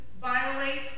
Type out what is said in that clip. violate